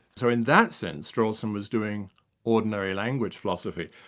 so in that sense, strawson was doing ordinary language philosophy.